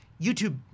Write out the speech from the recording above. YouTube